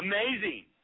Amazing